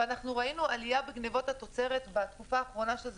וראינו עלייה בגניבות התוצרת בתקופה האחרונה שזה